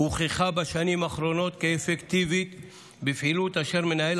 הוכחה בשנים האחרונות כאפקטיבית בפעילות אשר מנהל